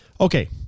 Okay